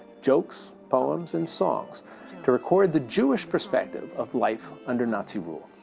jokes, poems and songs to record the jewish perspective of life under nazi rule.